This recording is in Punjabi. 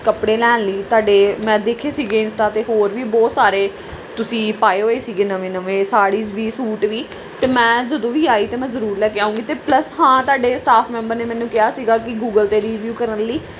ਕੱਪੜੇ ਲੈਣ ਲਈ ਤੁਹਾਡੇ ਮੈਂ ਦੇਖੇ ਸੀਗੇ ਇੰਸਟਾ 'ਤੇ ਹੋਰ ਵੀ ਬਹੁਤ ਸਾਰੇ ਤੁਸੀਂ ਪਾਏ ਹੋਏ ਸੀਗੇ ਨਵੇਂ ਨਵੇਂ ਸਾੜੀਜ਼ ਵੀ ਸੂਟ ਵੀ ਅਤੇ ਮੈਂ ਜਦੋਂ ਵੀ ਆਈ ਤਾਂ ਮੈਂ ਜ਼ਰੂਰ ਲੈ ਕੇ ਆਉਂਗੀ ਅਤੇ ਪਲੱਸ ਹਾਂ ਤੁਹਾਡੇ ਸਟਾਫ ਮੈਂਬਰ ਨੇ ਮੈਨੂੰ ਕਿਹਾ ਸੀਗਾ ਕਿ ਗੂਗਲ 'ਤੇ ਰੀਵਿਊ ਕਰਨ ਲਈ